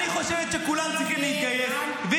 אני מדבר אתך דברים טכניים.